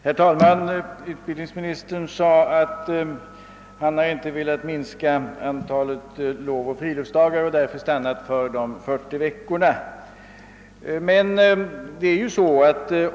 Herr talman! Utbildningsministern sade att han inte velat minska antalet lovoch friluftsdagar och därför stannat för förslaget om 40 veckor.